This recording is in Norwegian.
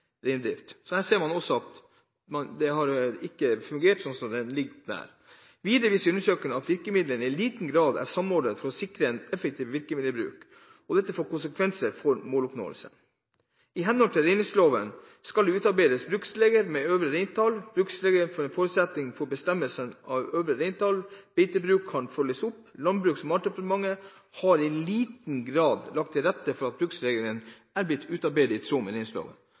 Her ser man også at det ikke har fungert slik som det er ment. Jeg siterer videre: «Videre viser undersøkelsen at virkemidlene i liten grad er samordnet for å sikre en effektiv virkemiddelbruk, og at dette får konsekvenser for måloppnåelsen. I henhold til reindriftsloven skal det utarbeides bruksregler med øvre reintall. Bruksregler er en forutsetning for at bestemmelser om øvre reintall og beitebruk kan følges opp. Landbruks- og matdepartementet har i for liten grad lagt til rette for at bruksreglene er blitt utarbeidet i